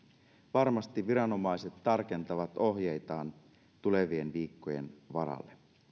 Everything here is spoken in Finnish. varmasti viranomaiset tarkentavat ohjeitaan tulevien viikkojen varalle